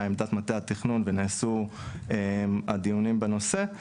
עמדת מטה התכנון ונעשו הדיונים בנושא,